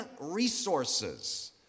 resources